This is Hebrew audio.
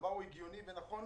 הדבר הגיוני ונכון,